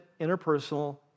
interpersonal